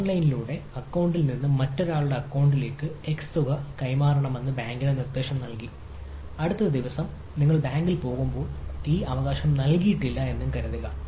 ഓൺലൈനിലൂടെൻ അക്കൌണ്ടിൽ നിന്ന് മറ്റൊരാളുടെ അക്കൌണ്ടിലേക്ക് എക്സ് തുക കൈമാറണമെന്ന് ബാങ്കിന് നിർദ്ദേശം നൽകി അടുത്ത ദിവസം ബാങ്കിലേക്ക് പോകുമ്പോൾ ഈ അവകാശം നൽകിയിട്ടില്ല എന്നും കരുതുക